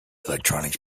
electronics